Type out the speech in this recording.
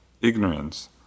ignorance